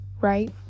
right